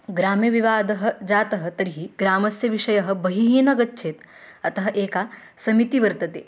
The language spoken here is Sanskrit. ग्राम्यविवादः जातः तर्हि ग्रामस्य विषयः बहिः न गच्छेत् अतः एका समितिः वर्तते